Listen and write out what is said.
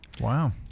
Wow